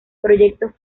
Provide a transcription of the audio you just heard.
proyecto